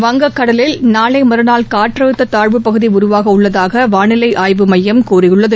வங்கக் கடலில் நாளை மற்றாள் காற்றழுத்த தாழ்வுப் பகுதி உருவாக உள்ளதாக வானிலை ஆய்வு மையம் கூறியுள்ளது